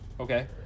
Okay